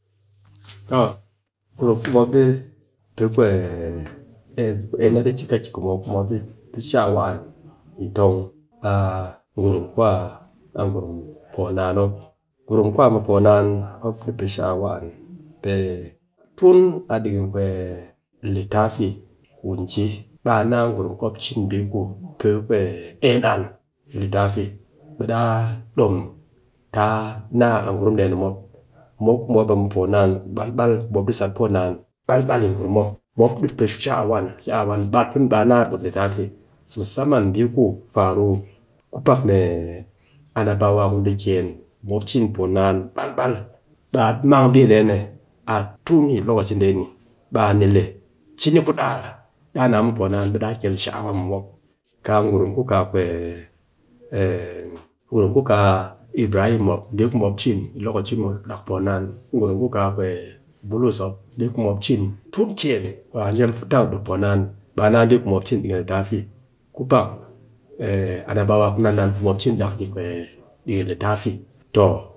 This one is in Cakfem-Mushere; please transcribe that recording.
gurum ku mop dɨ pe en na dɨ cika kɨ mop, ku mop di pɨ shaawa anyi tong a gurumn kwa a mɨ po naan mop. Gurumkwa mɨ po naan mop dɨ pe shaawa an pe a tun a ɗikin litafi ku ji baa naa gurum mop cin bii ku pe. en an, litafi, ɓe daa dom tɨ a naa a gurum dee ni mop, mop ku mop a mɨ po naan balbal mop dɨ sat poo naan balbal mop dɨ pe shaawa an, baa putbaa na buut litafi musaman bii faru ku pak mee anabawa ku dɨ kyen, mop cin poo naan. balbal, baa a mang bii dee ni a tun yyi lokaci dee ni, baa ni le cini ku daar, daa na mi poo naan ɓe daa kel shaawa mɨ mop. Kaa gurum ku kaa gurum ku kaa ibrahim mop, bii ku mop lokaci muut a poo naan, gurum ku kaa, bulus mop bii ku mop cin duk kyen ɓe jep tang poo naan baa naa bii ku mop cin ɗikin litafi, ku pak anabawa ku nan nan ku mop cin dak ɗikin litafi toh,